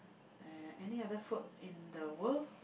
uh any other food in the world